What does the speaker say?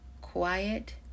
quiet